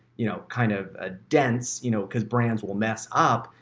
you know, kind of ah dents, you know, because brands will mess up,